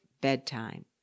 bedtime